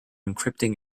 encrypting